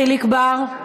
חבר הכנסת חיליק בר,